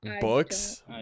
books